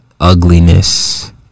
Ugliness